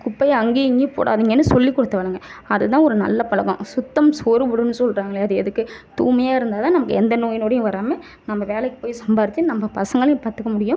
குப்பையை அங்கேயும் இங்கேயும் போடாதிங்கனு சொல்லி கொடுத்து வளருங்க அதுதான் ஒரு நல்ல பழக்கம் சுத்தம் சோறு போடும்னு சொல்றாங்களே அது எதுக்கு தூய்மையாக இருந்தால்தான் நமக்கு எந்த நோயும் நொடியும் வராமல் நம்ம வேலைக்கு போய் சம்பாரித்து நம்ம பசங்களையும் பார்த்துக்க முடியும்